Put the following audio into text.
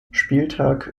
spieltag